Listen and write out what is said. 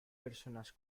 personas